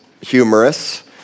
humorous